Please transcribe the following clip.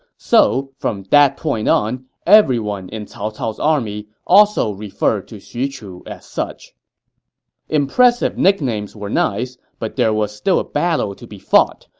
so from that point on, everyone in cao cao's army also referred to xu chu as such impressive nicknames were nice, but there was still a battle to be fought,